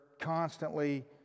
constantly